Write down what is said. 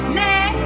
let